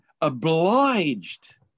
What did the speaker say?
obliged